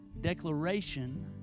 declaration